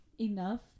enough